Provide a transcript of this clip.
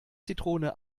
zitrone